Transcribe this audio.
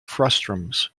frustums